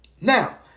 Now